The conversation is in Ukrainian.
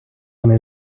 вони